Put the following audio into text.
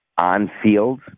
on-field